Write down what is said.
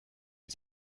and